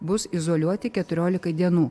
bus izoliuoti keturiolikai dienų